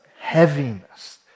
heaviness